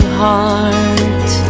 heart